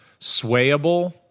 swayable